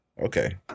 Okay